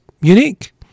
unique